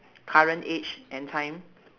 current age and time